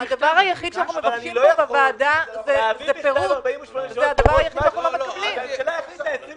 אבל אני לא יכול להביא בכתב 48 שעות מראש כשהממשלה החליטה 24